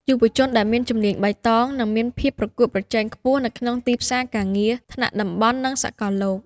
យុវជនដែលមានជំនាញបៃតងនឹងមានភាពប្រកួតប្រជែងខ្ពស់នៅក្នុងទីផ្សារការងារថ្នាក់តំបន់និងសកលលោក។